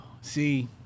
see